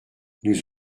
nous